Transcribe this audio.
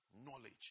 Knowledge